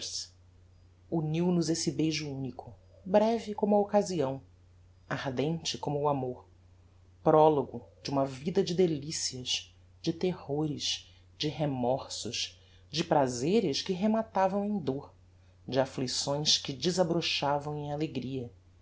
stars uniu nos esse beijo unico breve como a occasião ardente como o amor prologo de uma vida de delicias de terrores de remorsos de prazeres que rematavam em dor de afflicções que desabrochavam em alegria